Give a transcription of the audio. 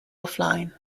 offline